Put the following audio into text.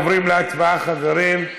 עוברים להצבעה, חברים.